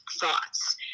thoughts